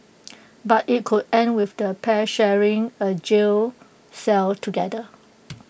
but IT could end with the pair sharing A jail cell together